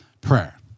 prayer